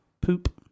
Poop